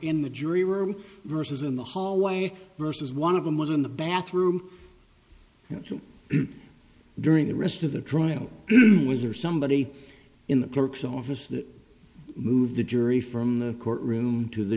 in the jury room versus in the hallway versus one of them was in the bathroom during the rest of the trial was or somebody in the clerk's office that moved the jury from the courtroom to the